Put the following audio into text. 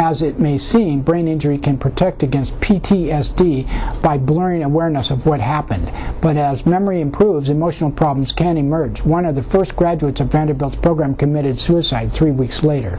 as it may seem brain injury can protect against p t s d by blurring awareness of what happened but as memory improves emotional problems can emerge one of the first graduates of vanderbilt program committed suicide three weeks later